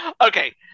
Okay